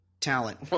Talent